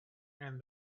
and